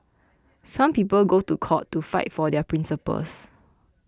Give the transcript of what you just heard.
some people go to court to fight for their principles